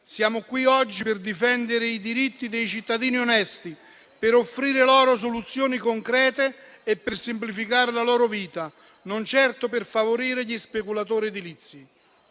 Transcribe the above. Siamo qui oggi per difendere i diritti dei cittadini onesti, per offrire loro soluzioni concrete e per semplificare la loro vita, non certo per favorire gli speculatori edilizi.